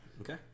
Okay